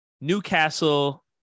Newcastle